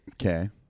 okay